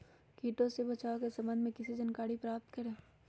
किटो से बचाव के सम्वन्ध में किसी जानकारी प्राप्त करें?